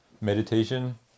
meditation